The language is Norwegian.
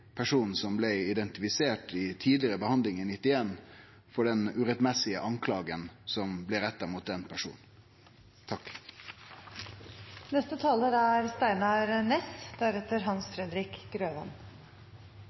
som blei identifisert ved tidlegare behandling i 1991, for den urettmessige skuldinga som blei retta mot den personen.